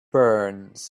burns